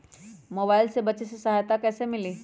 Mobile से बेचे में सहायता कईसे मिली?